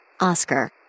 Oscar